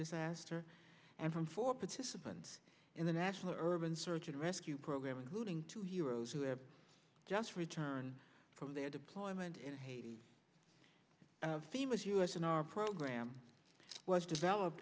disaster and from four participants in the national urban search and rescue program including two heroes who have just returned from their deployment in haiti themas us in our program was developed